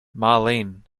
marlene